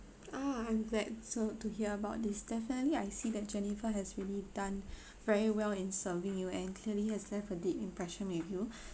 ah I'm glad so to hear about this definitely I see that jennifer has really done very well in serving you and clearly has left a deep impression with you